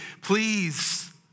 please